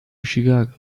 chicago